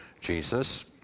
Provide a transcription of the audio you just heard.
Jesus